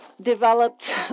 developed